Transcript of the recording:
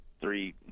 three